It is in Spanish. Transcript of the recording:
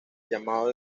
llamado